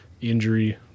injury